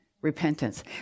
Repentance